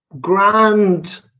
grand